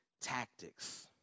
tactics